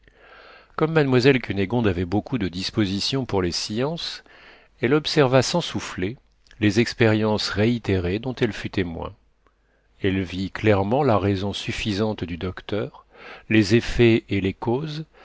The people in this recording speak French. comme mademoiselle cunégonde avait beaucoup de disposition pour les sciences elle observa sans souffler les expériences réitérées dont elle fut témoin elle vit clairement la raison suffisante du docteur les effets et les causes